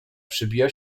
przebija